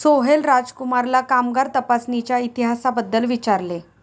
सोहेल राजकुमारला कामगार तपासणीच्या इतिहासाबद्दल विचारले